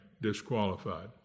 disqualified